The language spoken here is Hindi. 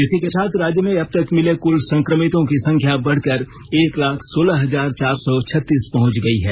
इसी के साथ राज्य में अबतक मिले कुल संक्रमितों की संख्या बढ़कर एक लाख सोलह हजार चार सौ छत्तीस पहुंच गई है